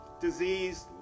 disease